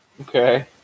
Okay